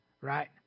right